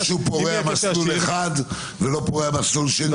שהוא פורע מסלול אחד ולא פורע מסלול שני.